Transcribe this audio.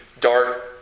dark